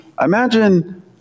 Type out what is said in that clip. Imagine